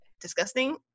disgusting